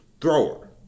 thrower